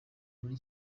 muri